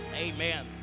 Amen